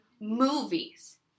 movies